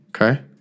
Okay